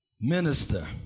Minister